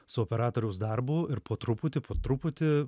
su operatoriaus darbu ir po truputį po truputį